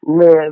live